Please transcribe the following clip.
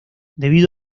debido